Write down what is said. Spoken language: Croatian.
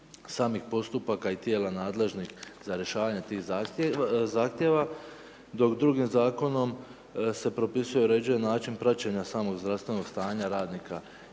samih postupaka i tijela nadležnih za rješavanje tih zahtjeva, dok drugim zakonom se propisuje i određuje način praćenja samog zdravstvenog stanja radnika